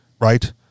right